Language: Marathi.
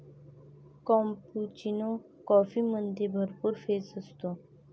कॅपुचिनो कॉफीमध्ये भरपूर फेस असतो